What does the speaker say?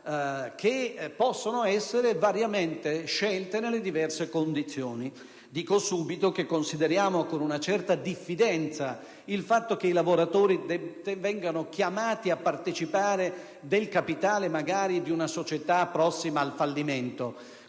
che possono essere variamente scelte nelle diverse condizioni. Dico subito che consideriamo con una certa diffidenza il fatto che i lavoratori vengano chiamati a partecipare del capitale magari di una società prossima al fallimento.